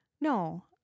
No